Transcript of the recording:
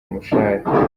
umushahara